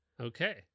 Okay